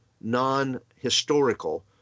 non-historical